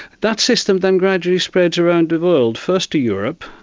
that system then gradually spreads around the world, first to europe,